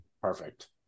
Perfect